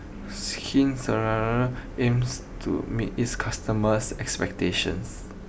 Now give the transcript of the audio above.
Skin aims to meet its customers' expectations